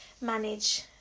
manage